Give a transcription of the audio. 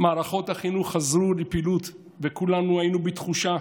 מערכות החינוך חזרו לפעילות וכולנו היינו בתחושה